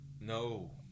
no